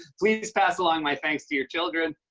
please pass along my thanks to your children.